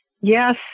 Yes